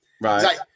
Right